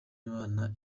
imana